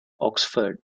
oxford